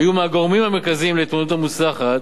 היו מהגורמים המרכזיים להתמודדות המוצלחת